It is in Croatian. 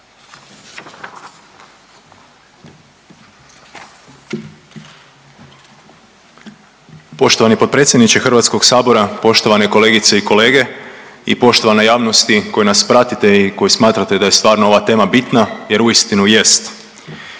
Poštovani potpredsjedniče Hrvatskog sabora, poštovane kolegice i kolege i poštovana javnosti koja nas pratite i koji smatrate da je ova tema bitna jer uistinu jest.